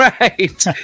right